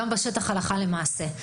וגם בשטח הלכה למעשה,